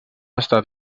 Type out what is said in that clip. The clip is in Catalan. estat